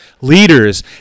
leaders